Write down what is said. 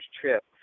trip